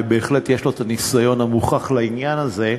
ובהחלט יש לו ניסיון מוכח לעניין הזה.